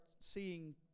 seeing